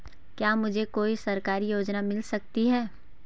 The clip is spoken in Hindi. क्या मुझे कोई सरकारी योजना मिल सकती है?